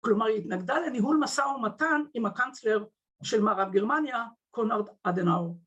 כלומר, היא התנגדה לניהול מסע ומתן עם הקאנצלר של מערב גרמניה, קונארד אדנאו.